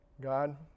God